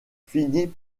finit